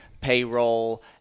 payroll